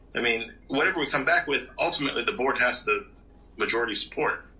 i mean whatever we come back with, ultimately the board has the majority support.